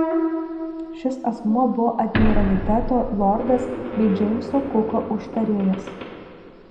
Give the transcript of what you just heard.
šis asmuo buvo admiraliteto lordas bei džeimso kuko užtarėjas